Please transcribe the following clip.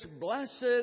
Blessed